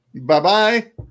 Bye-bye